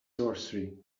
sorcery